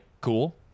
cool